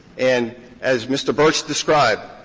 and as mr. bursch described,